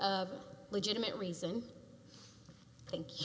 of legitimate reason thank you